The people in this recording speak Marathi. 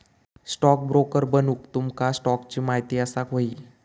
स्टॉकब्रोकर बनूक तुमका स्टॉक्सची महिती असाक व्हयी